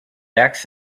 acts